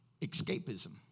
Escapism